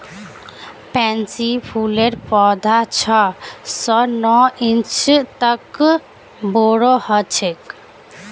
pansy फूलेर पौधा छह स नौ इंच तक बोरो ह छेक